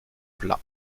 plats